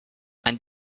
and